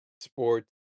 sports